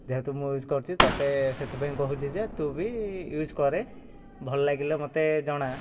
ଯେହେତୁ ମୁଁ ୟୁଜ୍ କରୁଛି ତତେ ସେଥିପାଇଁ କହୁଛି ଯେ ତୁ ବି ୟୁଜ୍ କରେ ଭଲ ଲାଗିଲେ ମୋତେ ଜଣା